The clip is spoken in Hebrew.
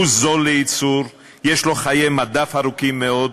הוא זול לייצור, יש לו חיי מדף ארוכים מאוד,